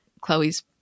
Chloe's